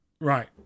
Right